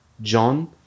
John